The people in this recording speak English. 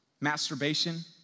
Masturbation